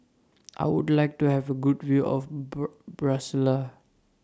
I Would like to Have A Good View of Brasilia